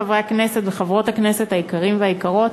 חברי הכנסת וחברות הכנסת היקרים והיקרות,